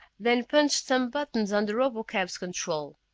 then punched some buttons on the robotcab's control.